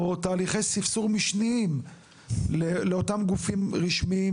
על תהליכי ספסור משניים לאותם גופים רשמיים